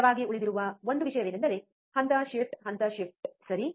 ಸ್ಥಿರವಾಗಿ ಉಳಿದಿರುವ ಒಂದು ವಿಷಯವೆಂದರೆ ಹಂತ ಶಿಫ್ಟ್ ಹಂತ ಶಿಫ್ಟ್ ಸರಿ